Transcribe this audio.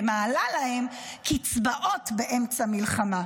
ומעלה להם קצבאות באמצע מלחמה,